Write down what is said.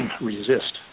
resist